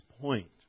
point